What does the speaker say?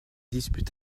disputent